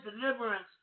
deliverance